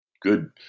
good